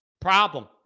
Problem